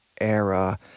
Era